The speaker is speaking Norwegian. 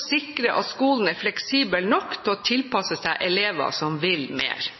sikre at skolen er fleksibel nok til å tilpasse seg elever som vil mer.